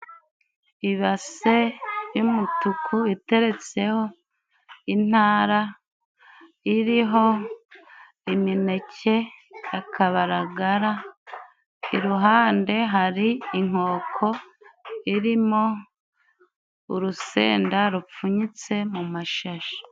Ibase y'umutuku iteretseho intara iriho imineke ya kabaragara, iruhande hari inkoko irimo urusenda rupfunyitse mu mashashi.